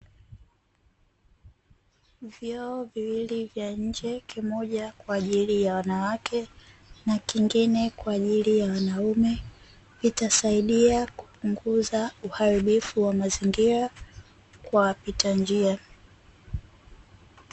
Vyoo viwili vya nje, kimoja kwa ajili ya wanawake na kingine kwa ajili ya wanaume, vitasaidia kupunguza uharibifu wa mazingira kwa wapita njia.